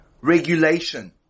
regulation